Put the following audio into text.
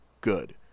good